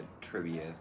trivia